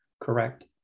Correct